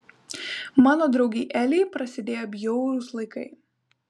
mano draugei elei prasidėjo bjaurūs laikai